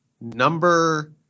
number –